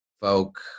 folk